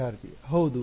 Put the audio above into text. ವಿದ್ಯಾರ್ಥಿ ಹೌದು